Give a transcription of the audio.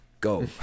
go